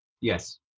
Yes